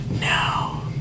now